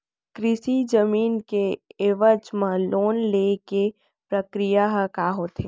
कृषि जमीन के एवज म लोन ले के प्रक्रिया ह का होथे?